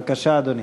בבקשה, אדוני.